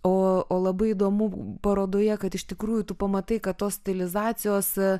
o labai įdomu parodoje kad iš tikrųjų tu pamatai kad tos stilizacijose